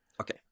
okay